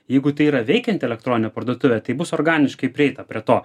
jeigu tai yra veikianti elektroninė parduotuvė taip bus organiškai prieita prie to